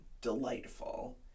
delightful